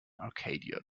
arcadia